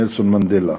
נלסון מנדלה.